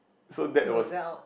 so that was